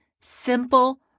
simple